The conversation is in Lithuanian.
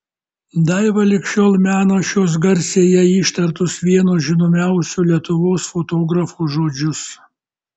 daiva lig šiol mena šiuos garsiai jai ištartus vieno žinomiausių lietuvos fotografų žodžius